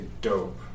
dope